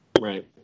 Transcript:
Right